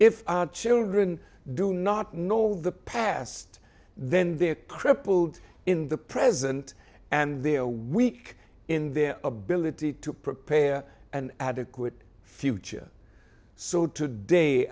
if children do not know the past then they are crippled in the present and their weak in their ability to prepare an adequate future so today